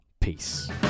Peace